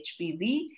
HPV